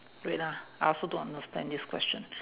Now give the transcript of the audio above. wait ah I also don't understand this question